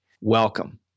Welcome